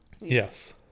yes